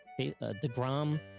DeGrom